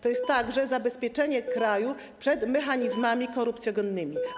To jest także zabezpieczenie kraju przed mechanizmami korupcjogennymi.